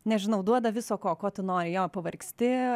nežinau duoda viso ko ko tu nori jo pavargsti